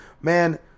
man